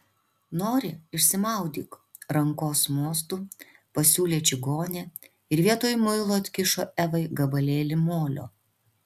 nori išsimaudyk rankos mostu pasiūlė čigonė ir vietoj muilo atkišo evai gabalėlį molio